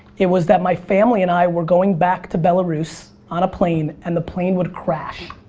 it was that my family and i were going back to belarus on a plane, and the plane would crash.